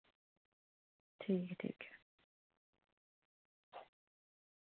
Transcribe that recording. ठीक ऐ ठीक ऐ